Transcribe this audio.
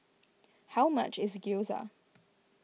how much is Gyoza